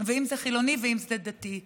ואם זה חילוני ואם זה דתי.